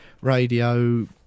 radio